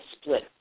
split